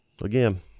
again